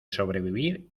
sobrevivir